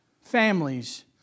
families